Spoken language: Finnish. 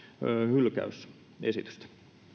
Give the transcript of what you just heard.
hylkäysesitystä